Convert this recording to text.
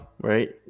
right